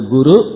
Guru